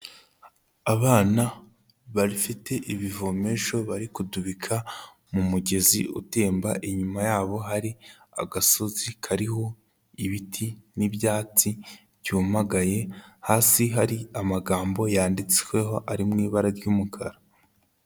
Abana bafite ibivomesho bari kudubika mu mugezi utemba inyuma yabo hari agasozi kariho ibiti n'ibyatsi byumagaye, hasi hari amagambo yanditsweho ari mu ibara ry'umukara.